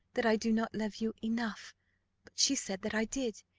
that i do not love you enough but she said that i did,